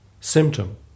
symptom